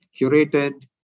curated